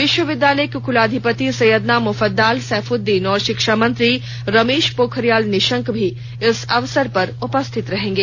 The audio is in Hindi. विश्वविद्यालय के कुलाधिपति सैयदना मुफद्दाल सैफुद्दीन और शिक्षा मंत्री रमेश पोखरियाल निशंक भी इस अवसर पर उपस्थित रहेंगे